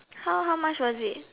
how how much was it